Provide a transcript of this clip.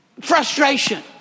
frustration